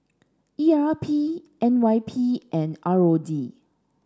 E R P N Y P and R O D